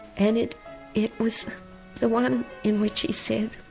and it it was the one in which he said,